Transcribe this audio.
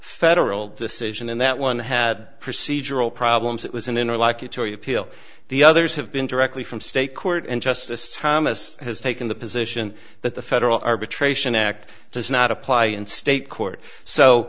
federal decision and that one had procedural problems it was an interlocutory appeal the others have been directly from state court and justice thomas has taken the position that the federal arbitration act does not apply in state court so